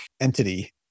entity